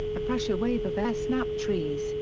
a pressure wave of air snapped trees,